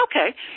Okay